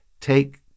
Take